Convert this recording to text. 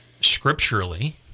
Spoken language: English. scripturally